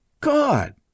God